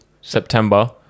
September